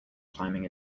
climbing